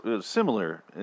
similar